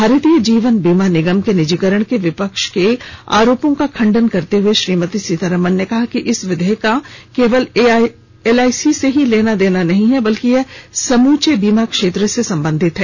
भारतीय जीवन बीमा निगम के निजीकरण के विपक्ष के आरोपों का खंडन करते हुए श्रीमती सीतारामन ने कहा कि इस विधेयक का केवल एलआईसी से लेना देना नहीं है बल्कि यह समूचे बीमा क्षेत्र से संबंधित है